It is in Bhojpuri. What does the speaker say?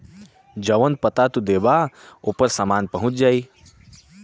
जौन पता तू देबा ओपर सामान पहुंच जाई